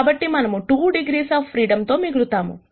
కాబట్టి మనము 2 degrees of freedom తో మిగులుతాము